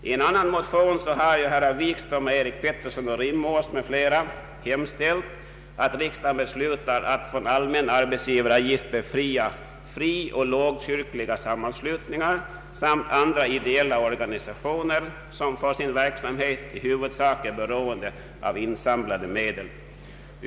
I en annan motion av herrar Wikström och Eric Peterson samt av herr Rimås m.fl. har hemställts att riksdagen beslutar att från allmän arbetsgivaravgift befria frioch lågkyrkliga sammanslutningar samt andra ideella organisationer som för sin verksamhet i huvudsak är beroende av insamlade medel.